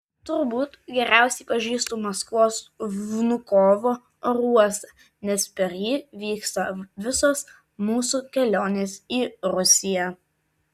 turbūt geriausiai pažįstu maskvos vnukovo oro uostą nes per jį vyksta visos mūsų kelionės į rusiją